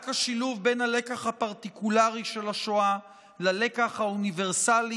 רק השילוב בין הלקח הפרטיקולרי של השואה ללקח האוניברסלי